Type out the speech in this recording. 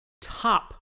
Top